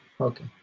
Okay